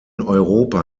europa